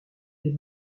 est